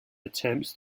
attempts